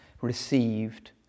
received